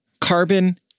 Carbon